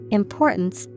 importance